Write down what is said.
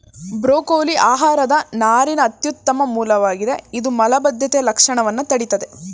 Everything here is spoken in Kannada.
ಬ್ರೋಕೊಲಿ ಆಹಾರದ ನಾರಿನ ಅತ್ಯುತ್ತಮ ಮೂಲವಾಗಿದೆ ಇದು ಮಲಬದ್ಧತೆಯ ಲಕ್ಷಣವನ್ನ ತಡಿತದೆ